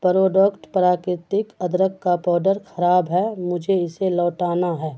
product پراکرتک ادرک کا پاؤڈر خراب ہے مجھے اسے لوٹانا ہے